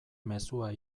mezua